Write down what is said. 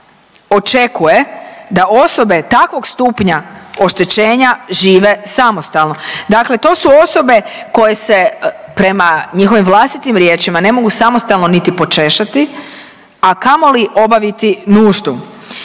očekuje da osobe takvog stupnja oštećenja žive samostalno. Dakle, to su osobe koje su prema njihovim vlastitim riječima ne mogu samostalno niti počešljati, a kamoli obaviti nuždu.